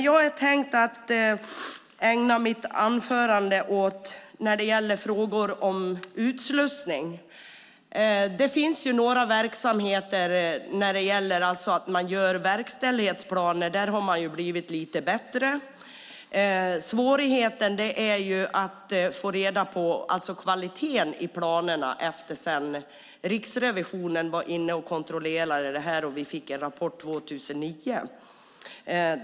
Jag har tänkt ägna mitt anförande åt frågor om utslussning. Det finns några verksamheter där man gör verkställighetsplaner. Där har man blivit lite bättre. Svårigheten är att få reda på kvaliteten i planerna. Det framgick efter det att Riksrevisionen var inne och kontrollerade det hela och vi fick en rapport 2009.